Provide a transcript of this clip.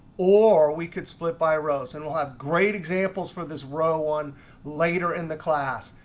or we could split by rows. and we'll have great examples for this row one later in the class.